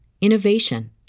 innovation